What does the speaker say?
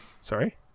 Sorry